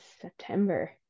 September